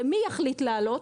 ומי יחליט לעלות.